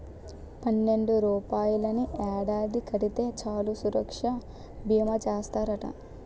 పన్నెండు రూపాయలని ఏడాది కడితే చాలు సురక్షా బీమా చేస్తారట